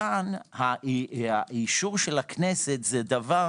כאן אישור הכנסת זה דבר